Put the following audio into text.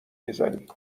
میزنی